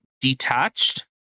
detached